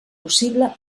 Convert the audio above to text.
possible